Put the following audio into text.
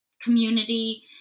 community